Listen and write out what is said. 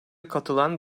katılan